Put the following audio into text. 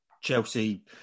Chelsea